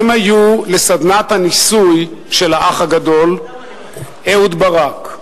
הם היו לסדנת הניסוי של האח הגדול אהוד ברק.